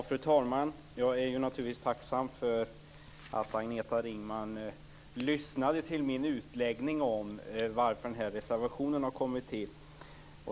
Fru talman! Jag är naturligtvis tacksam för att Agneta Ringman lyssnade till min utläggning om varför denna reservation har kommit till.